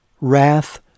wrath